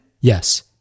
Yes